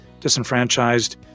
disenfranchised